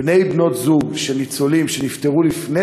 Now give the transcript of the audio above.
בני/בנות-זוג של ניצולים שנפטרו לפני